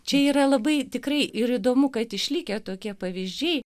čia yra labai tikrai ir įdomu kad išlikę tokie pavyzdžiai